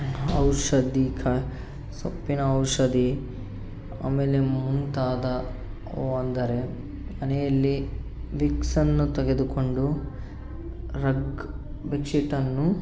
ಔಷಧೀಕ ಸೊಪ್ಪಿನ ಔಷಧಿ ಆಮೆಲೆ ಮುಂತಾದವೆಂದರೆ ಮನೆಯಲ್ಲಿ ವಿಕ್ಸ್ಅನ್ನು ತೆಗೆದುಕೊಂಡು ರಗ್ ಬೆಡ್ಶೀಟನ್ನು